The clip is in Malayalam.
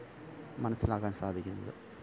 മനസ്സിലാക്കാന് സാധിക്കുന്നത്